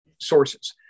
sources